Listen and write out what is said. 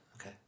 Okay